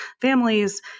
families